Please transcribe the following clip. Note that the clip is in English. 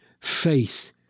faith